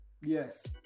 Yes